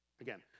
Again